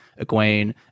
Egwene